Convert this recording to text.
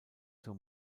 zur